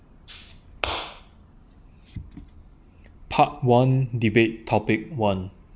part one debate topic one